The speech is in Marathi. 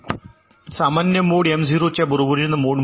सामान्य मोड M ० च्या बरोबरीने मोड म्हटले